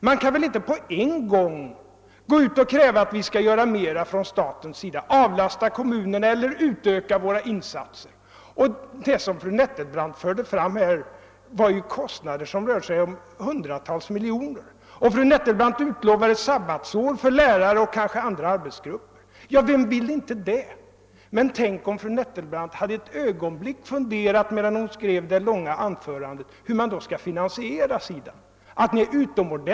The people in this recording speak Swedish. Man kan väl inte på en gång kräva att staten skall göra mera — avlasta kommunerna en del uppgifter eller öka våra insatser — och minska statens inkomster. De åtgärder som fru Nettelbrandt ville att vi skulle vidta skulle föra med sig kostnader på hundratals miljoner kronor. Fru Nettelbrandt ville att lärarna och kanske även andra arbetstagargrupper skulle få ett sabbatsår. Ja, vem vill inte det? Men tänk om fru Nettelbrandt medan hon skrev sitt långa anförande ett ögonblick hade funderat över hur det skulle kunna finansieras!